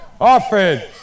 Offense